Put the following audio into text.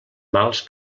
mals